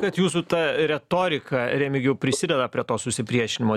kad jūsų ta retorika remigijau prisideda prie to susipriešinimo